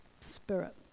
spirit